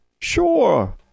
Sure